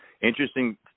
interesting